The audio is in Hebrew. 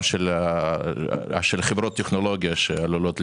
של חברות טכנולוגיה שעלולות להיסגר.